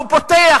הוא פותח,